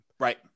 Right